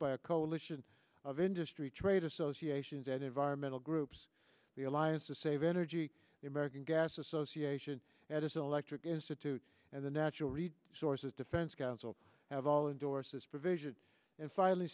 by a coalition of industry trade associations and environmental groups the alliance to save energy the american gas association edison electric institute and the natural read sources defense council have all endorsed this provision and finally